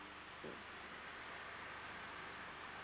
mm